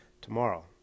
tomorrow